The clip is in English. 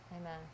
Amen